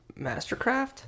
Mastercraft